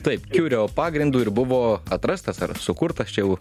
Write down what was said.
taip kurio pagrindu ir buvo atrastas ar sukurtas čia jau